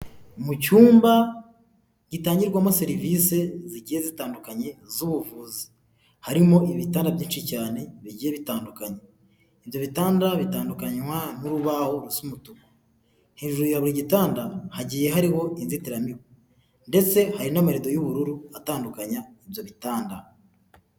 Mu cyumba gitangirwamo serivisi zigiye zitandukanye z'ubuvuzi. Harimo ibitara byinshi cyane bigiye bitandukanye. Ibyo bitanda bitandukanywa n'urubaho rusa umutuku. Hejuru ya buri gitanda, hagiye hariho inzitiramibu ndetse hari n'amarido y'ubururu atandukanya ibyo bitanda.